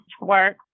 work